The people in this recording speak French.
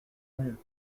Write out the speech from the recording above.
mieux